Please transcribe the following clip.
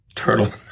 turtle